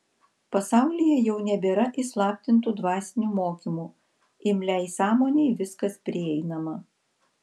pasaulyje jau nebėra įslaptintų dvasinių mokymų imliai sąmonei viskas prieinama